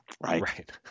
Right